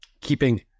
keeping